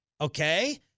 Okay